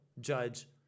judge